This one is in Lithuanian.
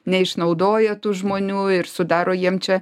neišnaudoja tų žmonių ir sudaro jiem čia